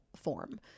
form